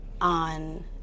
on